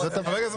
גם בתי הספר